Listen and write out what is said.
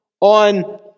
on